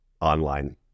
online